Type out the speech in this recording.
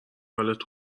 حالت